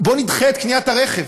בואו נדחה את קניית הרכב,